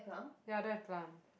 ya I don't have plant